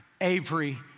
Avery